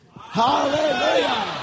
Hallelujah